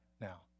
now